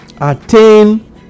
attain